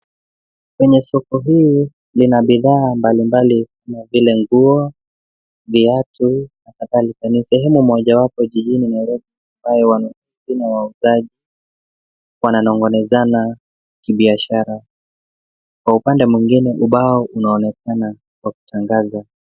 Kwenye soko hili, kuna bidhaa mbalimbali kama vile nguo, viatu na kadhalika. Ni sehemu mojawapo jijini Nairobi ambapo wanunuzi na wauzaji wananong'onezana kibiashara. Kwa upande mwengine ubao unaonekana, wa kutangaza.